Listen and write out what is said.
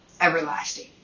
everlasting